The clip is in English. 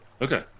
Okay